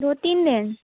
दो तीन दिन